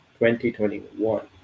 2021